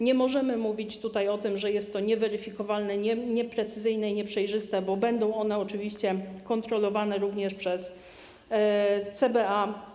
Nie możemy mówić o tym, że jest to nieweryfikowalne, nieprecyzyjne i nieprzejrzyste, bo będą one oczywiście kontrolowane również przez CBA.